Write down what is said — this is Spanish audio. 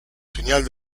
señal